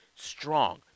Strong